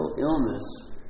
illness